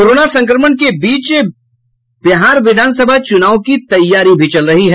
corona संक्रमण के बीच बिहार विधान सभा चूनाव की तैयारी भी चल रही है